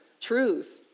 truth